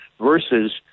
versus